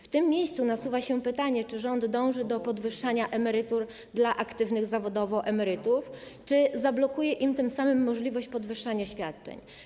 W tym miejscu nasuwa się pytanie: Czy rząd dąży do podwyższania emerytur dla aktywnych zawodowo emerytów, czy zablokuje im tym samym możliwość podwyższania świadczeń?